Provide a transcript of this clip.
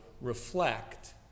reflect